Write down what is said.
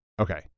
okay